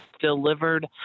delivered